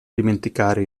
dimenticare